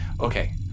Okay